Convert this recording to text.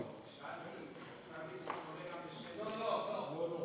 לא, שאלתי אם השר ליצמן עונה גם, לא, לא.